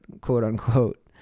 quote-unquote